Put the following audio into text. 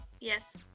Yes